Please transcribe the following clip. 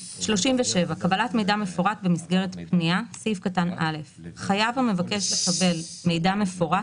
"קבלת מידע מפורט במסגרת פנייה 37. (א)חייב המבקש לקבל מידע מפורט,